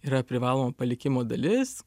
yra privaloma palikimo dalis